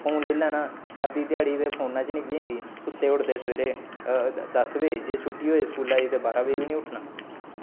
phone लेई लैना अद्धी ध्याड़ी ते फोनै च निकली जंदी सुत्ते दे उठदे सवेरे दस बजे जे छुट्टी होऐ स्कूलै दी छुट्टी होऐ ते बारां बजे बी नेईं उट्ठना